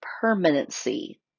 permanency